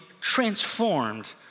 transformed